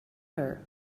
her